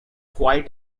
quite